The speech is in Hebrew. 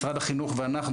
משרד החינוך ואנחנו,